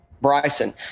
Bryson